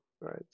right